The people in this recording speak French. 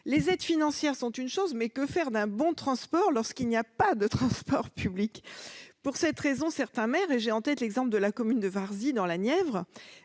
Les aides financières sont une chose ... Mais que faire d'un bon de transport lorsqu'il n'y a pas de transport public ? Pour cette raison, certains maires- j'ai en tête l'exemple de la commune de Varzy, dans la Nièvre